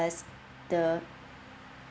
us the